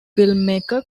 filmmaker